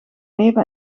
neven